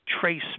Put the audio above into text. trace